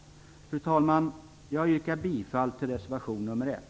Fru talman! Jag yrkar bifall till reservation nr 1.